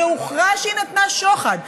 והוכרז שהיא נתנה שוחד,